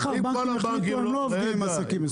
תתאר לך שהבנקים יחליטו שהם לא עובדים עם עסקים מסוכנים.